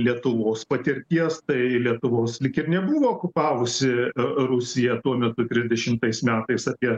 lietuvos patirties tai lietuvos lyg ir nebuvo okupavusi rusija tuo metu trisdešimtais metais apie